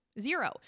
Zero